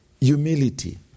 humility